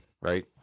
right